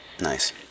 Nice